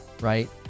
right